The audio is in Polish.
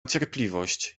cierpliwość